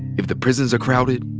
if the prisons are crowded,